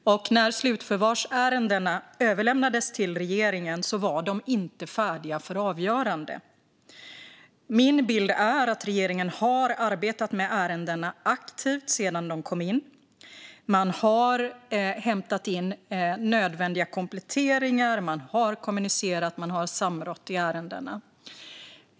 Och när slutförvarsärendena överlämnades till regeringen var de inte färdiga för avgörande. Min bild är att regeringen har arbetat aktivt med ärendena sedan de kom in. Man har hämtat in nödvändiga kompletteringar, man har kommunicerat och man har samrått i ärendena.